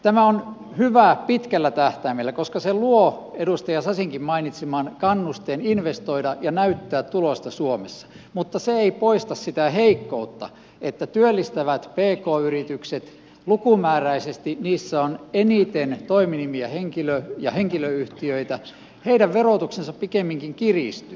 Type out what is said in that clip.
tämä on hyvä pitkällä tähtäimellä koska se luo edustaja sasinkin mainitseman kannusteen investoida ja näyttää tulosta suomessa mutta se ei poista sitä heikkoutta että työllistävissä pk yrityksissä lukumääräisesti on eniten toiminimi ja henkilöyhtiöitä heidän verotuksensa pikemminkin kiristyy